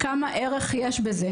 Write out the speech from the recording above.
כמה ערך יש בזה,